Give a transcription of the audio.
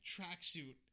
tracksuit